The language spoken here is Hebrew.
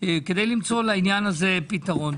כדי למצוא לעניין הזה פתרון.